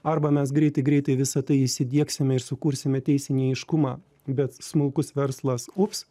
arba mes greitai greitai visa tai įsidiegsime ir sukursime teisinį aiškumą bet smulkus verslas ups